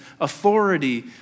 Authority